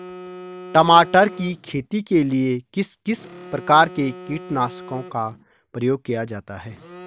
टमाटर की खेती के लिए किस किस प्रकार के कीटनाशकों का प्रयोग किया जाता है?